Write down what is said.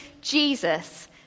Jesus